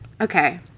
Okay